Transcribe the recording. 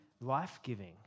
life-giving